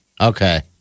okay